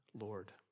Lord